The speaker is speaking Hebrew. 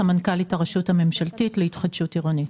סמנכ"לית הרשות הממשלתית להתחדשות עירונית.